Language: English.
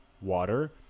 water